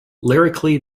lyrically